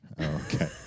okay